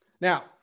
Now